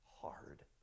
hard